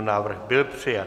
Návrh byl přijat.